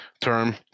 term